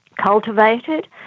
cultivated